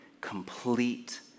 complete